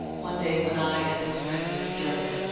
one day when i and this friend were together,